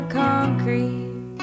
concrete